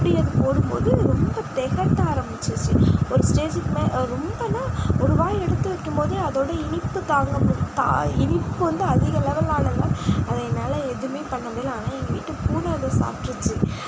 அப்படி அது போடும்போது ரொம்ப திகட்ட ஆரமிச்சிருச்சு ஒரு ஸ்டேஜ்க்கு ரொம்பன்னா ஒரு வாய் எடுத்து வைக்கும் போதே அதோட இனிப்பு தாங்க இனிப்பு வந்து அதிக லெவல்ல ஆனதுதான் அது என்னால் எதுவுமே பண்ண முடியல ஆனால் எங்கள் வீட்டு பூனை வந்து சாப்பிட்ருச்சு